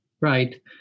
Right